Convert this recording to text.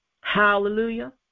Hallelujah